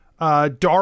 Dark